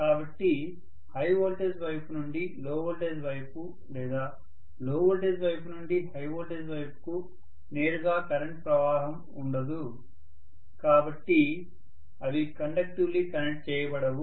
కాబట్టి high voltage వైపు నుండి లో వోల్టేజ్ వైపు లేదా లో వోల్టేజ్ వైపు నుండి హై వోల్టేజ్ వైపుకు నేరుగా కరెంట్ ప్రవాహం ఉండదు కాబట్టి అవి కండక్టివ్లీ కనెక్ట్ చేయబడవు